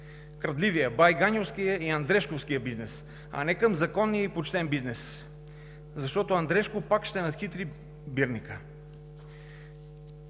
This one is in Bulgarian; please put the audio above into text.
крадливия, байганьовския и андрешковския бизнес, а не към законния и почтен бизнес. Защото Андрешко пак ще надхитри бирника!